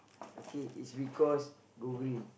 okay is because go green